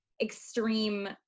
extreme